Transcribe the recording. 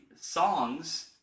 songs